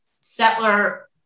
settler